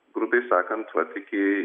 grubiai sakant vat iki